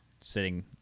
sitting